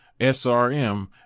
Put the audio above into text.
SRM